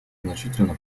значительно